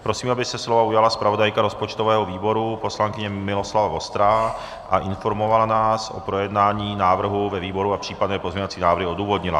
Prosím, aby se slova ujala zpravodajka rozpočtového výboru poslankyně Miloslava Vostrá a informovala nás o projednání návrhu ve výboru a případné pozměňovací návrhy odůvodnila.